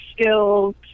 skills